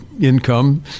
income